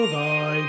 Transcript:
Thy